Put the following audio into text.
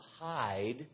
hide